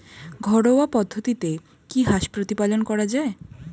ঘরোয়া পদ্ধতিতে কি হাঁস প্রতিপালন করা যায়?